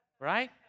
right